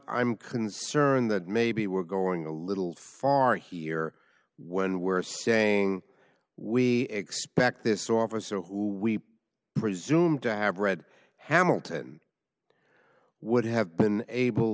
i'm concerned that maybe we're going a little far here when we're saying we expect this officer who we presume to have read hamilton would have been able